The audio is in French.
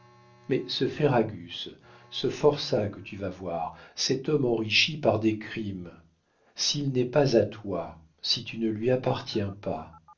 mais ce ferragus ce forçat que tu vas voir cet homme enrichi par des crimes s'il n'est pas à toi si tu ne lui appartiens pas